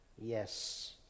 Yes